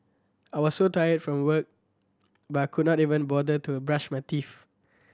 I was so tired from work could not even bother to brush my teeth